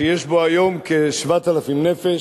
ויש בו היום כ-7,000 נפש.